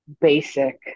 basic